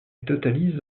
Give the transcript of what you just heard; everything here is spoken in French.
totalise